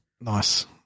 nice